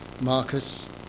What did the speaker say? Marcus